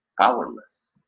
powerless